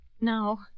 now